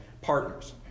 partners